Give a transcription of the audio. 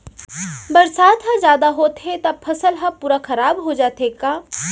बरसात ह जादा होथे त फसल ह का पूरा खराब हो जाथे का?